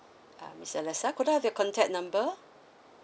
ah miss alisa could I have your contact number